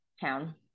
town